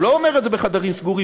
הוא לא אומר את זה בחדרים סגורים,